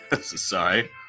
Sorry